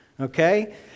okay